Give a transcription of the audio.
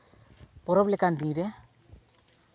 ᱯᱚᱨᱚᱵᱽ ᱞᱮᱠᱟᱱ ᱫᱤᱱ ᱨᱮ